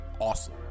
Awesome